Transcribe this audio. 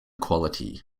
quality